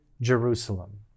Jerusalem